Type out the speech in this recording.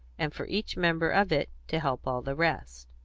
and for each member of it to help all the rest.